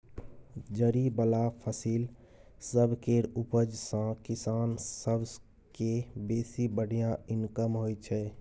जरि बला फसिल सब केर उपज सँ किसान सब केँ बेसी बढ़िया इनकम होइ छै